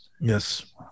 Yes